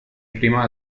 prima